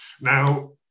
Now